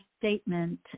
statement